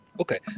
Okay